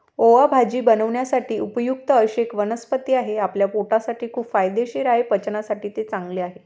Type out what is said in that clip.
ओवा भाजी बनवण्यासाठी उपयुक्त अशी एक वनस्पती आहे, आपल्या पोटासाठी खूप फायदेशीर आहे, पचनासाठी ते चांगले आहे